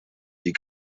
die